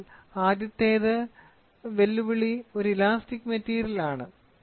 അതിനാൽ ആദ്യത്തേത് വെല്ലുവിളിക്കുന്നത് ഒരു ഇലാസ്റ്റിക് മെറ്റീരിയലാണ്